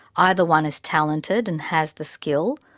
either one is talented and has the skill,